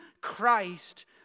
Christ